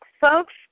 folks